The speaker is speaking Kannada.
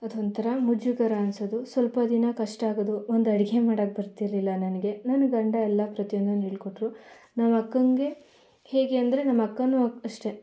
ಅದೊಂಥರ ಮುಜುಗರ ಅನ್ನಿಸೋದು ಸ್ವಲ್ಪ ದಿನ ಕಷ್ಟ ಆಗೋದು ಒಂದು ಅಡುಗೆ ಮಾಡೋಕೆ ಬರ್ತಿರಲಿಲ್ಲ ನನಗೆ ನನ್ನ ಗಂಡ ಎಲ್ಲ ಪ್ರತಿಯೊಂದನ್ನು ಹೇಳಿಕೊಟ್ರು ನಮ್ಮಕ್ಕನಿಗೆ ಹೇಗೆ ಅಂದರೆ ನಮ್ಮಕ್ಕನೂ ಅಷ್ಟೆ